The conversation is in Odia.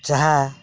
ଚାହା